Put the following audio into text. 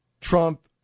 Trump